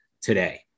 today